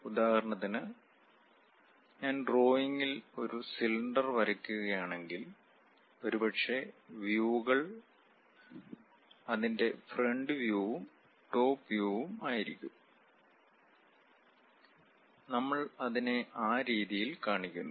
ഉദാഹരണത്തിന് ഞാൻ ഡ്രോയിംഗിൽ ഒരു സിലിണ്ടർ വരയ്ക്കുകയാണെങ്കിൽ ഒരുപക്ഷേ വ്യുകൾ അതിന്റെ ഫ്രണ്ട് വ്യൂവും ടോപ് വ്യൂവും ആയിരിക്കും നമ്മൾ അതിനെ ആ രീതിയിൽ കാണിക്കുന്നു